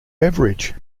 beverage